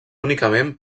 únicament